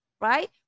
right